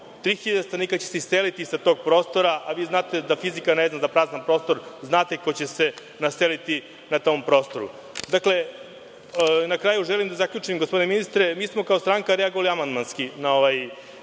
stanovnika će se iseliti sa tog prostora, a vi znate da fizika ne zna za prazan prostor. Znate ko će se naseliti na tom prostoru. Na kraju, gospodine ministre, mi smo kao stranka reagovali amandmanski na ovaj